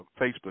Facebook